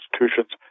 institutions